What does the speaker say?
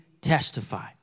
testify